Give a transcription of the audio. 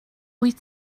wyt